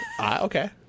Okay